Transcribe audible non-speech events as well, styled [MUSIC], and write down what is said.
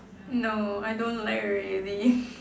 no I don't like already [LAUGHS]